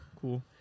cool